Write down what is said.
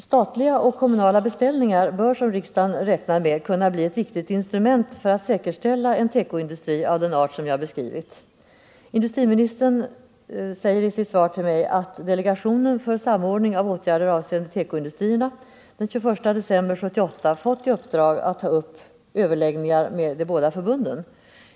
Statliga och kommunala beställningar bör, som riksdagen räknade med, kunna bli ett viktigt instrument för att säkerställa en tekoindustri av den art som jag beskrivit. Industriministern säger i sitt svar till mig att delegationen för samordning av åtgärder avseende tekoindustrierna den 21 december 1978 fått i uppdrag att ta upp överläggningar med de båda förbunden.